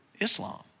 Islam